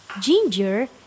ginger